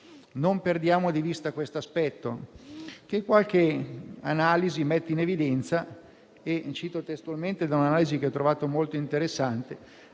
Non perdiamo di vista questo aspetto, che qualche analisi mette in evidenza. Ne cito testualmente una, che ho trovato molto interessante: